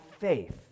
faith